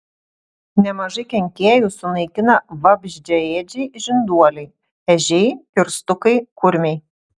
nemažai kenkėjų sunaikina vabzdžiaėdžiai žinduoliai ežiai kirstukai kurmiai